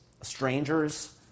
strangers